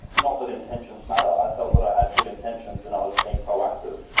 not that intentions matter, i felt that i had good intentions and i was being proactive.